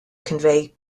convey